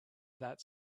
that